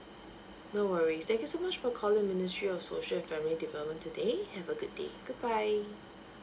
no worries thank you so much for calling ministry of social and family development today have a good day goodbye